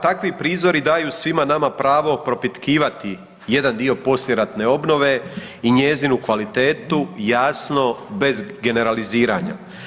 Takvi prizori daju svima nama pravo propitkivati jedan dio poslijeratne obnove i njezinu kvalitetu jasno bez generaliziranja.